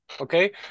Okay